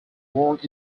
work